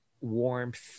warmth